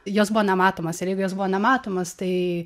jos buvo nematomos ir jeigu jos buvo nematomos tai